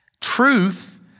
Truth